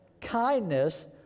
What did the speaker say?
kindness